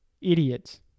idiots